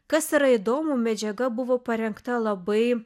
kas yra įdomu medžiaga buvo parinkta labai